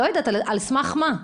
על סמך מה?